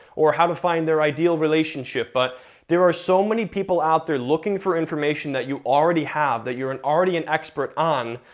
or how to find their ideal relationship, but there are so many people out there looking for information that you already have, that you're already an expert on,